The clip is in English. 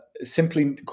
simply